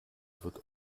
wird